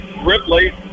Ripley